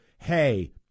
hey